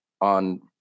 on